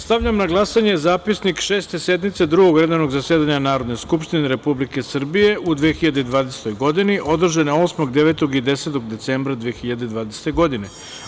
Stavljam na glasanje Zapisnik Šeste sednice Drugog redovnog zasedanja Narodne skupštine Republike Srbije u 2020. godine, održane 8, 9. i 10. decembra 2020. godine.